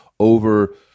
over